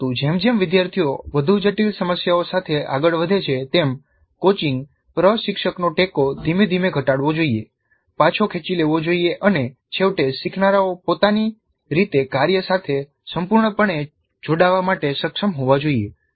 પરંતુ જેમ જેમ વિદ્યાર્થીઓ વધુ જટિલ સમસ્યાઓ સાથે આગળ વધે છે તેમ કોચિંગ પ્રશિક્ષકનો ટેકો ધીમે ધીમે ઘટાડવો જોઈએ પાછો ખેંચી લેવો જોઈએ અને છેવટે શીખનારાઓ પોતાની રીતે કાર્ય સાથે સંપૂર્ણપણે જોડાવા માટે સક્ષમ હોવા જોઈએ